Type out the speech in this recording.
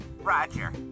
Roger